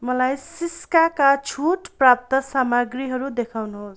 मलाई सिस्काका छुटप्राप्त सामग्रीहरू देखाउनुहोस्